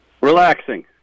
Relaxing